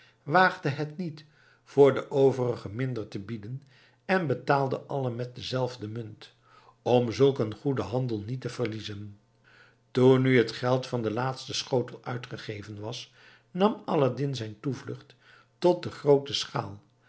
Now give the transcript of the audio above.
waagde het niet voor de overige minder te bieden en betaalde alle met dezelfde munt om zulk een goeden handel niet te verliezen toen nu het geld van den laatsten schotel uitgegeven was nam aladdin zijn toevlucht tot de groote schaal